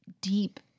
deep